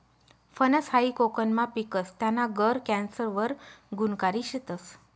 फनस हायी कोकनमा पिकस, त्याना गर कॅन्सर वर गुनकारी शेतस